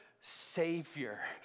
Savior